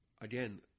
again